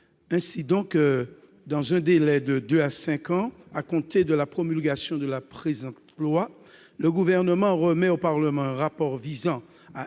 prévoit que, dans un délai de cinq ans à compter de la promulgation de la présente loi, le Gouvernement remet au Parlement un rapport visant à